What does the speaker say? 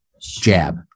jab